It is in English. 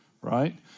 right